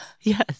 Yes